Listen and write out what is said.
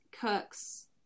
cooks